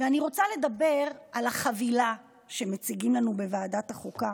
אני רוצה לדבר על החבילה שמציגים לנו בוועדת החוקה.